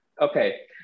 Okay